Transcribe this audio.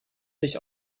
sich